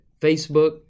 Facebook